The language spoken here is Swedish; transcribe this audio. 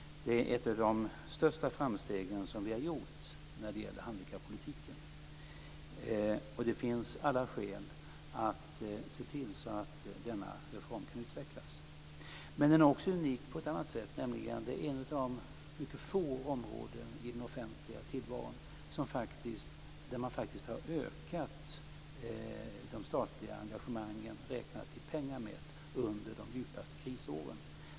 Det är ett av de största framsteg vi har gjort när det gäller handikappolitiken. Det finns alla skäl att se till att denna reform kan utvecklas. Men den är också unik på ett annat sätt. Det är ett av de mycket få områden i den offentliga tillvaron där man faktiskt har ökat de statliga engagemangen, i pengar mätt, under de djupaste krisåren.